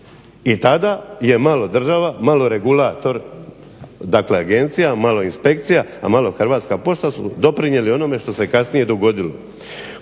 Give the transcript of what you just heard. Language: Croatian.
I tada je malo država, malo regulator dakle agencija, malo inspekcija a malo Hrvatska pošta su doprinijeli onome što se kasnije dogodilo.